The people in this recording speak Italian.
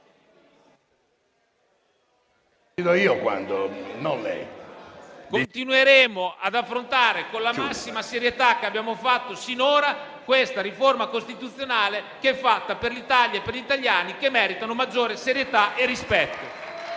Continueremo ad affrontare con la massima serietà, come abbiamo fatto sinora, questa riforma costituzionale, che è fatta per l'Italia e per gli italiani, che meritano maggiore serietà e rispetto.